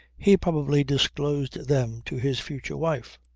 he probably disclosed them to his future wife.